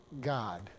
God